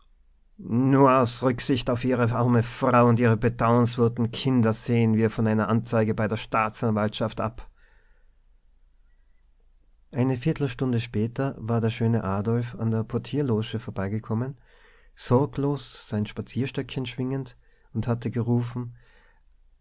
nur aus rücksicht auf ihre arme frau und ihre bedauernswerten kinder sehen wir von einer anzeige bei der staatsanwaltschaft ab eine viertelstunde später war der schöne adolf an der portierloge vorbeigekommen sorglos sein spazierstöckchen schwingend und hatte gerufen